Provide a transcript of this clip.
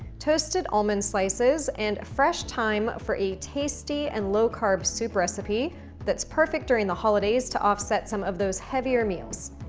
toasted almond slices and fresh thyme for a tasty and low carb soup recipe that's perfect during the holidays to offset some of those heavier meals.